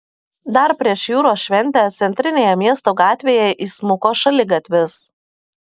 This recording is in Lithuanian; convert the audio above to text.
dar prieš jūros šventę centrinėje miesto gatvėje įsmuko šaligatvis